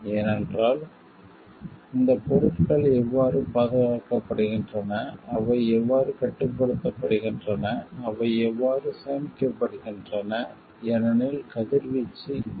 ஏனெனில் இந்த பொருட்கள் எவ்வாறு பாதுகாக்கப்படுகின்றன அவை எவ்வாறு கட்டுப்படுத்தப்படுகின்றன அவை எவ்வாறு சேமிக்கப்படுகின்றன ஏனெனில் கதிர்வீச்சு ஏற்படலாம்